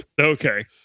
Okay